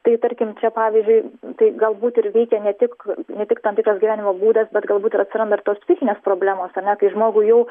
tai tarkim pavyzdžiui tai galbūt ir veikia ne tik ne tik tam tikras gyvenimo būdas bet galbūt ir atsiranda ir tos psichinės problemos ar ne kai žmogų jau